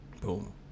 Boom